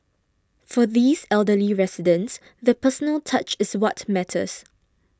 for these elderly residents the personal touch is what matters